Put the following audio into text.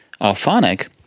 Alphonic